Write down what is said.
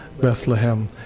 Bethlehem